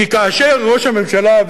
כי כאשר ראש הממשלה,